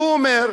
והוא אומר: